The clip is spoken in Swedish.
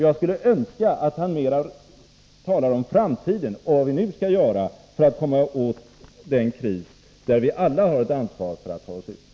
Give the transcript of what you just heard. Jag skulle önska att han mer talade om framtiden och om vad vi nu skall göra för att komma åt den kris som vi alla har ett ansvar för att ta oss ur.